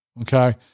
Okay